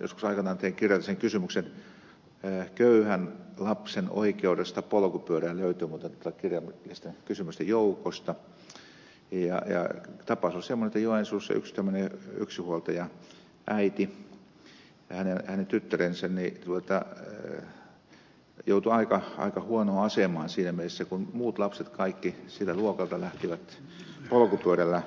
joskus aikanaan tein kirjallisen kysymyksen köyhän lapsen oikeudesta polkupyörään löytyy muuten tuolta kirjallisten kysymysten joukosta ja tapaus on semmoinen että joensuussa oli yksi tämmöinen yksinhuoltajaäiti ja hänen tyttärensä joutui aika huonoon asemaan siinä mielessä kun kaikki muut lapset siltä luokalta lähtivät polkupyörällä